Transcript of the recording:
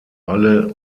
alle